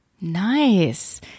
Nice